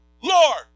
Lord